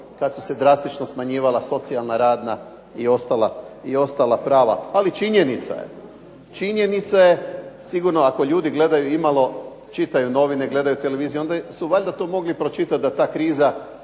kada su se drastično smanjivala socijalna, radna i ostala prava. Ali činjenica je sigurno ako ljudi gledaju malo televiziju, čitaju novine onda su valjda mogli pročitati da ta kriza